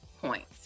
points